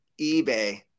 eBay